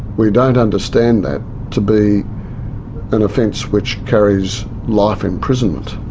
we don't understand that to be an offence which carries life imprisonment.